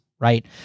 right